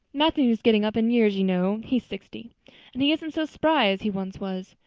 matthew is getting up in years, you know he's sixty and he isn't so spry as he once was.